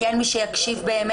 כי אין מי שיקשיב באמת.